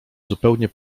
zupełnie